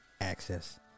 access